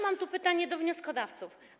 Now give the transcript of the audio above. Mam pytanie do wnioskodawców.